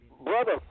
Brother